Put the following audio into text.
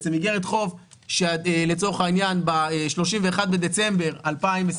איגרת חוב שלצורך העניין ב-31 בדצמבר 2021